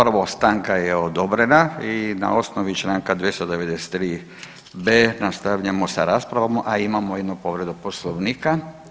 Prvo, stanka je odobrena i na osnovi Članka 293b. nastavljamo sa raspravom, a imamo jednu povredu Poslovnika.